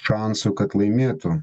šansų kad laimėtų